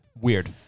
Weird